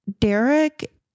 Derek